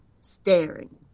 staring